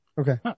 Okay